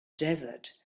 desert